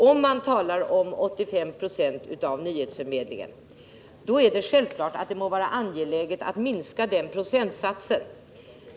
Beträffande dessa 85 20 av nyhetsförmedlingen vill jag säga att det självfallet är angeläget att minska den procentsatsen.